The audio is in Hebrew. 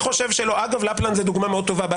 אגב לפנלנד זו דוגמה מאוד טובה,